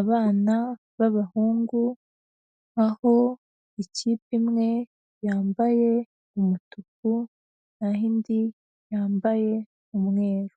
abana b'abahungu, aho ikipe imwe yambaye umutuku naho indi yambaye umweru.